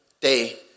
day